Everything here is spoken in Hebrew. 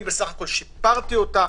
אני בסך הכול שיפרתי אותה.